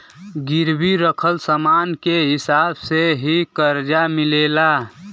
गिरवी रखल समान के हिसाब से ही करजा मिलेला